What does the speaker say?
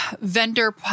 Vendor